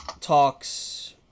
talks